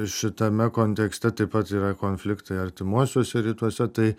šitame kontekste taip pat yra konfliktai artimuosiuose rytuose tai